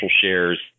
shares